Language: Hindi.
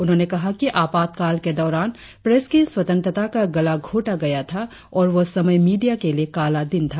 उन्होंने कहा कि आपातकाल के दौरान प्रेस की स्वतंत्रता का गला घोटा गया था और वह समय मीडिया के लिए काला दिन था